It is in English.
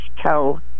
tell